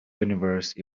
universe